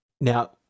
Now